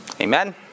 Amen